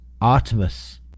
Artemis